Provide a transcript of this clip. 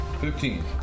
Fifteen